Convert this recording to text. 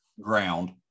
ground